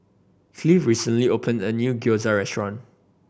Cleve recently opened a new Gyoza Restaurant